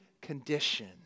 condition